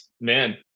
man